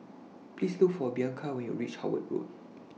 Please Look For Bianca when YOU REACH Howard Road